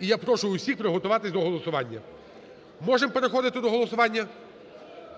І я прошу всіх приготуватися до голосування. Можемо переходити до голосування?